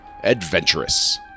Adventurous